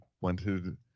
wanted